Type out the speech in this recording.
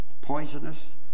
poisonous